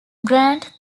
grant